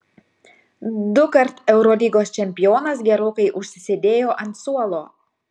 dukart eurolygos čempionas gerokai užsisėdėjo ant suolo